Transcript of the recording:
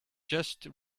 just